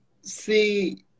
see